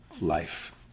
life